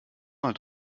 mal